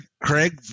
Craig